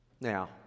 Now